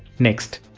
next,